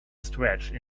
stretched